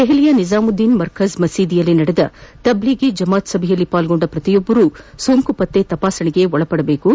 ದೆಪಲಿಯ ನಿಜಾಮುದ್ಗೀನ್ ಮರ್ಖಜ್ ಮಸೀದಿಯಲ್ಲಿ ನಡೆದ ತಬ್ಲಿಫಿ ಜಮಾತ್ ಸಭೆಯಲ್ಲಿ ಪಾಲ್ಗೊಂಡ ಪ್ರತಿಯೊಬ್ಬರೂ ಸೋಂಕು ಪತ್ತೆ ತಪಾಸಣೆಗೆ ಒಳಗಾಗಬೇಕು